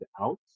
out